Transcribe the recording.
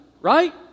Right